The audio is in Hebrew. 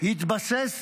התבסס